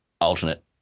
alternate